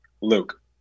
Luke